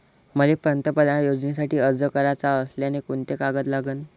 मले पंतप्रधान योजनेसाठी अर्ज कराचा असल्याने कोंते कागद लागन?